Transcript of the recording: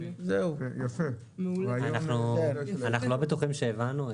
אנחנו לא בטוחים שהבנו.